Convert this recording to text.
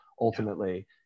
ultimately